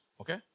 Okay